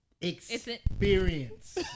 experience